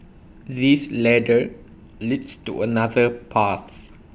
this ladder leads to another path